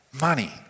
Money